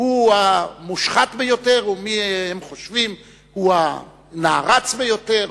הוא המושחת ביותר ומי הם חושבים הוא הנערץ ביותר,